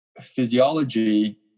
Physiology